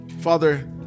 Father